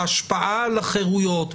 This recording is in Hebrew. ההשפעה על החירויות,